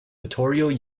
vittorio